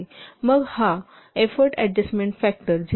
मग हा effort adjustment factor 0